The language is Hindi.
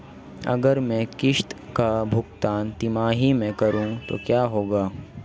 अगर मैं किश्त का भुगतान तिमाही में करूं तो क्या होगा?